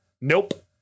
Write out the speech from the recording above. nope